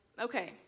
okay